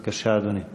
בבקשה, אדוני.